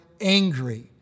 angry